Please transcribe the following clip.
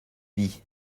vie